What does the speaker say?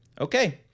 Okay